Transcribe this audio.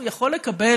הוא יכול לקבל